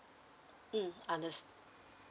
mm under~